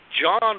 John